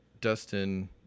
Dustin